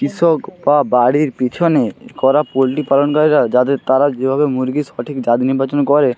কৃষক বা বাড়ির পিছনে করা পোল্ট্রি পালনকারীরা যাদের তারা যেভাবে মুরগির সঠিক জাত নির্বাচন করে